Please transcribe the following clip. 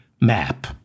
map